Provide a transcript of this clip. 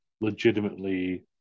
legitimately